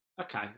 Okay